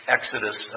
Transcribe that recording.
Exodus